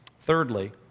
Thirdly